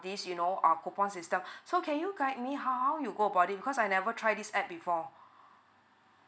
this you know um coupon system so can you guide me how you go about it because I never try this app before